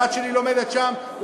הבת שלי לומדת שם,